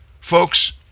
Folks